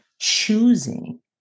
choosing